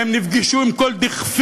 והם נפגשו עם כל דכפין.